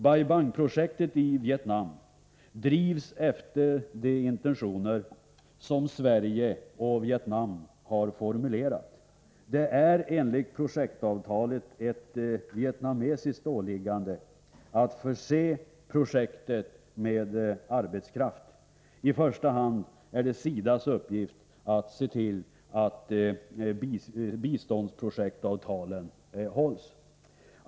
Bai Bang i Vietnam drivs efter de intentioner som Sverige och Vietnam har formulerat. Det är enligt projektavtalet ett vietnamesiskt åliggande att förse projektet med arbetskraft. SIDA:s uppgift är i första hand att se till att biståndsprojektsavtalet hålls.